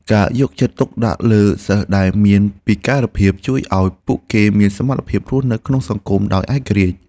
ការយកចិត្តទុកដាក់លើសិស្សដែលមានពិការភាពជួយឱ្យពួកគេមានសមត្ថភាពរស់នៅក្នុងសង្គមដោយឯករាជ្យ។